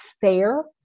fair